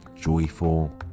joyful